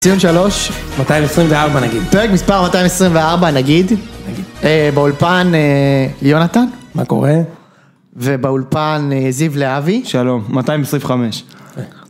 ציון שלוש. 224 נגיד. פרק מספר 224 נגיד. באולפן יונתן. מה קורה? ובאולפן זיו להבי. שלום, 225.